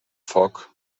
foc